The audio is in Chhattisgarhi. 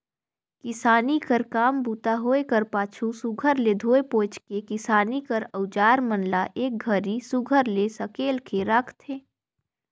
किसानी कर काम बूता होए कर पाछू सुग्घर ले धोए पोएछ के किसानी कर अउजार मन ल एक घरी सुघर ले सकेल के राखथे